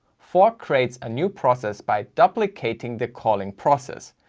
fork creates a new process by duplicating the calling process.